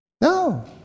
No